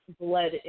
bled